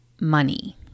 money